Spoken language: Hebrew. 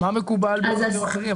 מה מקובל בדברים אחרים?